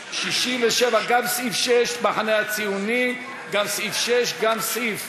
גם סעיף 6, המחנה הציוני, גם סעיף 7,